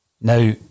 Now